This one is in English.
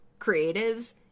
creatives